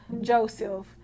Joseph